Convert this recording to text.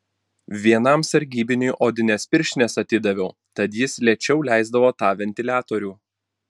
vienam sargybiniui odines pirštines atidaviau tad jis lėčiau leisdavo tą ventiliatorių